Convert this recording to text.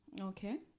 Okay